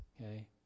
okay